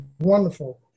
wonderful